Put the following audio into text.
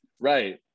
Right